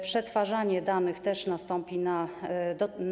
Przetwarzanie danych też nastąpi na.